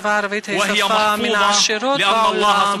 השפה הערבית היא שפה מן העשירות בעולם,